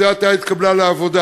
שזה עתה התקבלה לעבודה